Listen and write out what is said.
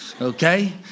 Okay